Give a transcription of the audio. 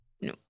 No